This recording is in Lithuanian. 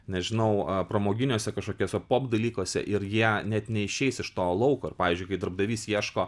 nežinau a pramoginiuose kažkiuose pop dalykuose ir jie net neišeis iš to lauko ir pavyzdžiui kai darbdavys ieško